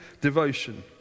devotion